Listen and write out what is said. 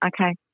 Okay